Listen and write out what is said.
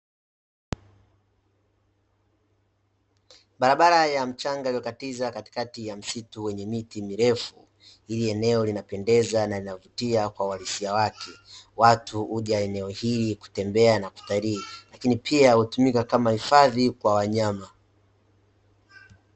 Barabara ya mchanga iliyokatiza katikati ya msitu wenye miti mirefu, hili eneo linapendeza na linavutia kwa uhalisia wake, watu huja eneo hili kutembea na kutalii, lakini pia hutumika kama hifadhi kwa wanyama.